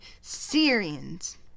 Syrians